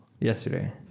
Yesterday